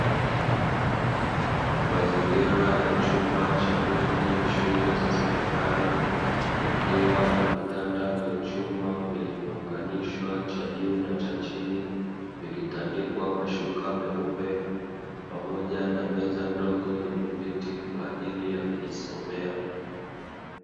Mazingira ya chumba cha bweni la shule sekondari kukiwa na vitanda vya chuma vilivyo unganishwa cha juu na cha chini, vikitandikwa mashuka meupe pamoja na meza ndogo yenye viti kwa ajili ya kujisomea.